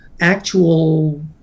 Actual